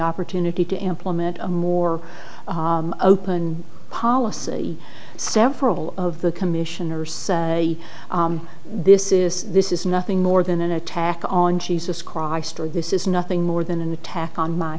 opportunity to implement a more open policy several of the commissioner say this is this is nothing more than an attack on jesus christ or this is nothing more than an attack on my